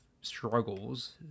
struggles